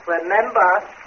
remember